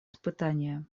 испытания